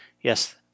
Yes